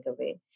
away